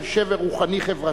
זעקה של שבר רוחני-חברתי,